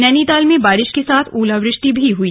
नैनीताल में बारिश के साथ ओलावृष्टि भी हुई